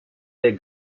des